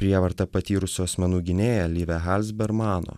prievartą patyrusių asmenų gynėja live halsber mano